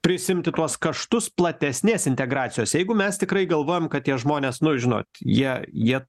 prisiimti tuos kaštus platesnės integracijos jeigu mes tikrai galvojam kad tie žmonės nu žinot jie jie